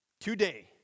today